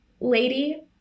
lady